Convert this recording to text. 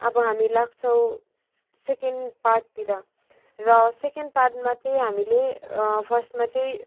अब हामी लाग्छौँ सेकेन्ड पार्टतिर र सेकेन्ड पार्टमा चाहिँ हामीले फर्स्टमा चाहिँ